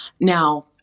now